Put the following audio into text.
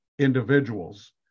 Individuals